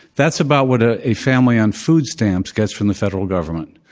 that's about what ah a family on food stamps gets from the federal government.